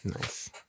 Nice